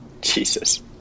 Jesus